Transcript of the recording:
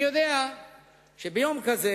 אני יודע שביום כזה